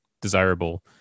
desirable